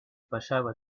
passava